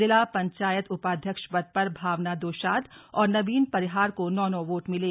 जिला पंचायत उपाध्यक्ष पद पर भावना दोषाद और नवीन परिहार को नौ नौ वोट मिले